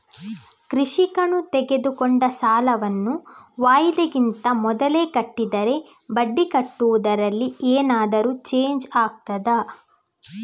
ಕೃಷಿಕನು ತೆಗೆದುಕೊಂಡ ಸಾಲವನ್ನು ವಾಯಿದೆಗಿಂತ ಮೊದಲೇ ಕಟ್ಟಿದರೆ ಬಡ್ಡಿ ಕಟ್ಟುವುದರಲ್ಲಿ ಏನಾದರೂ ಚೇಂಜ್ ಆಗ್ತದಾ?